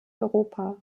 europa